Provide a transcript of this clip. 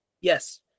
Yes